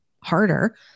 harder